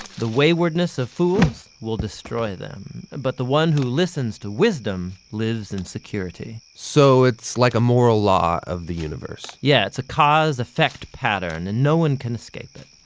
the waywardness of fools will destroy them, but the one who listens to wisdom lives in security. so, it's like a moral law of the universe. yeah, it's a cause effect pattern and no one can escape it.